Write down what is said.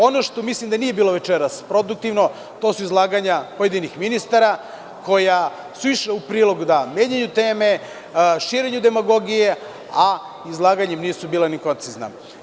Ono što mislim da nije bilo večeras produktivno jesu izlaganja pojedinih ministara koja su išla u prilog da menjaju teme, širenju demagogije, a izlaganja nisu bila koncizna.